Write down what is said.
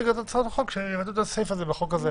תבקשו בהצעת החוק שיבטלו את הסעיף הזה בחוק הזה.